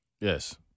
Yes